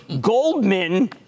Goldman